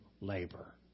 labor